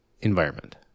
environment